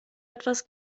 etwas